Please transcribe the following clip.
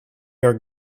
are